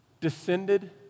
Descended